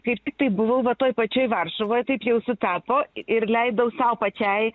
kaip tik tai buvau va toj pačioj varšuvoj taip jau sutapo i ir leidau sau pačiai